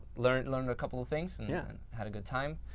learned learned a couple of things and yeah had a good time.